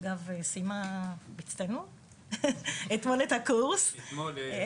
אגב, סיימה את הקורס אתמול, בהצטיינות.